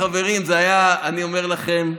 חברים, זה היה, אני אומר לכם,